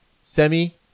semi